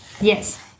Yes